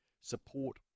support